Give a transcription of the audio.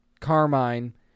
Carmine